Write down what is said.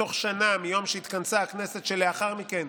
בתוך שנה מיום שהתכנסה הכנסת שלאחר מכן,